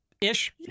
ish